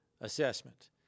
assessment